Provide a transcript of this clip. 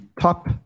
top